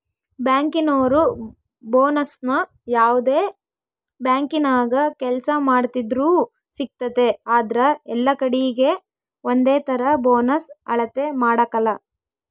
ಬ್ಯಾಂಕಿನೋರು ಬೋನಸ್ನ ಯಾವ್ದೇ ಬ್ಯಾಂಕಿನಾಗ ಕೆಲ್ಸ ಮಾಡ್ತಿದ್ರೂ ಸಿಗ್ತತೆ ಆದ್ರ ಎಲ್ಲಕಡೀಗೆ ಒಂದೇತರ ಬೋನಸ್ ಅಳತೆ ಮಾಡಕಲ